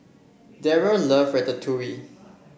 Derrell love Ratatouille